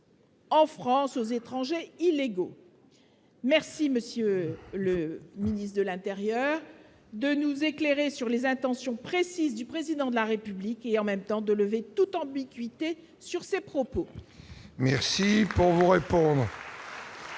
En France, aux étrangers illégaux, merci monsieur le ministre de l'intérieur de nous éclairer sur les intentions précises du président de la République et en même temps de lever toute ambiguïté sur ses propos. Merci pour vous répondre.